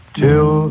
till